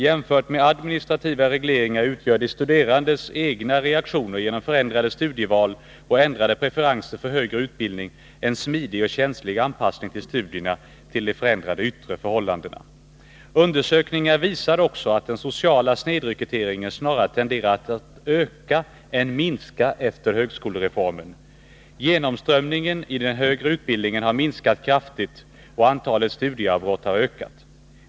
Jämfört med administrativa regleringar utgör de studerandes egna reaktioner genom förändrade studieval och ändrade preferenser för högre utbildning en smidig och känslig anpassning av studierna till de förändrade yttre förhållandena. Undersökningar visar också att den sociala snedrekryteringen snarare tenderat att öka än att minska efter högskolereformen. Genomströmningen i den högre utbildningen har minskat kraftigt, och antalet studieavbrott har ökat.